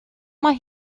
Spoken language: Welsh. mae